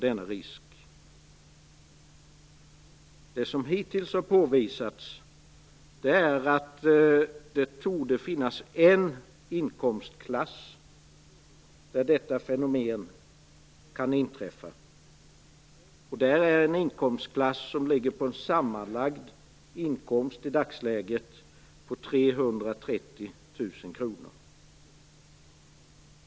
Det som hittills har påvisats är att det torde finnas en inkomstklass där detta fenomen kan inträffa. Denna inkomstklass är den som i dagsläget har en sammanlagd inkomst på 330 000 kr.